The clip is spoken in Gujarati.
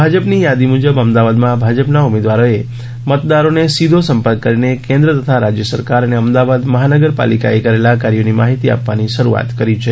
ભાજપની યાદી મુજબ અમદાવાદમાં ભાજપના ઉમેદવારોએ મતદારોને સીધો સંપર્ક કરીને કેન્દ્ર તથા રાજ્ય સરકાર અને અમદાવાદ મહાનગરપાલિકાએ કરેલા કાર્યોની માહિતી આપવાની શરૂઆત કરી છે